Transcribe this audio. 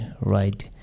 right